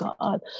God